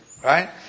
Right